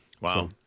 Wow